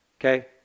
Okay